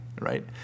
right